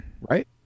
right